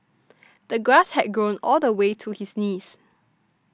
the grass had grown all the way to his knees